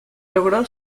logró